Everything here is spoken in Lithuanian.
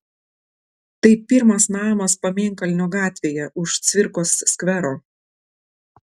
tai pirmas namas pamėnkalnio gatvėje už cvirkos skvero